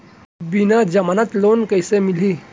बिना जमानत लोन कइसे मिलही?